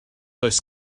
does